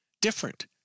different